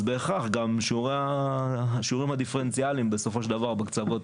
אז בהכרח גם השיעורים הדיפרנציאלים בסופו של דבר בקצוות,